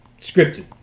scripted